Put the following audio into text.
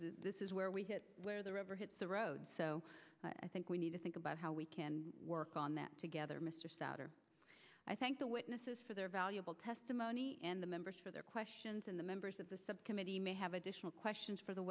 this is where we hit where the rubber hits the road so i think we need to think about how we can work on that together mr souder i thank the witnesses for their valuable testimony and the members for their questions and the members of the subcommittee may have additional questions for the